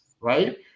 right